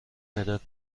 مداد